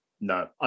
No